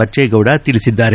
ಬಚ್ಚೇಗೌಡ ತಿಳಿಸಿದ್ದಾರೆ